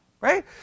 Right